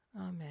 Amen